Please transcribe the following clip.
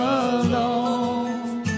alone